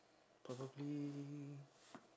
probably